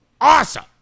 awesome